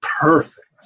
perfect